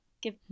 give